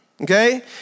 Okay